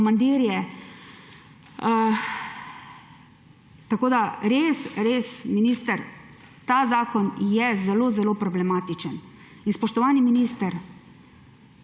komandirje. Res, minister, ta zakon je zelo, zelo problematičen. In spoštovani minister,